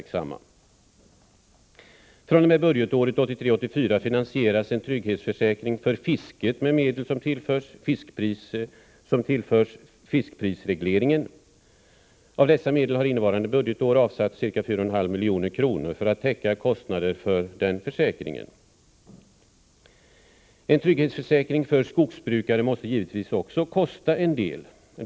fr.o.m. budgetåret 1983/84 finansieras en trygghetsförsäkring för fisket med medel som tillförs fiskprisregleringen. Av dessa medel har under innevarande budgetår avsatts ca 4,5 milj.kr. för att täcka kostnaderna för den försäkringen. En trygghetsförsäkring för skogsbrukare måste givetvis kosta en del.